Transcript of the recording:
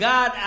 God